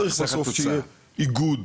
צריך לעשות שיהיה איגוד,